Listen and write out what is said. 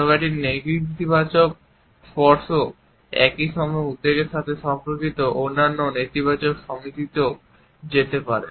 তবে একটি নেতিবাচক স্পর্শ একই সময়ে উদ্বেগের সাথে সম্পর্কিত অন্যান্য নেতিবাচক অ্যাসোসিয়েশনও যেতে পারে